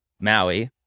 Maui